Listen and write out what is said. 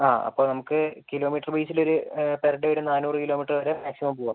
ആ അപ്പോൾ നമുക്ക് കിലോമീറ്ററ് ബേസിൽ ഒരു പെർ ഡേ ഒരു നാന്നൂറ് കിലോമീറ്ററ് വരെ മാക്സിമം പോവാം